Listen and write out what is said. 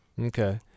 Okay